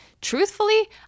truthfully